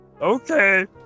Okay